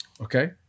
Okay